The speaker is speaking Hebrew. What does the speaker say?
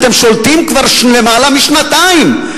אתם שולטים כבר למעלה משנתיים.